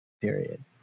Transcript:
period